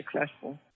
successful